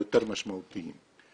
היותר משמעותיים.